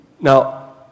Now